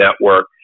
network